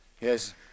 Yes